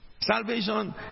salvation